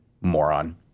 moron